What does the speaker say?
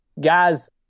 guys